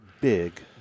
big